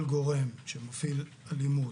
כל גורם שמפעיל אלימות,